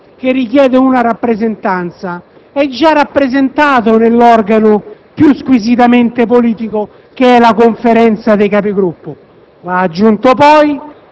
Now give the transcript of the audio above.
Il Gruppo Misto, che richiede una rappresentanza, è già rappresentato nell'organo più squisitamente politico, che è la Conferenza dei Capigruppo.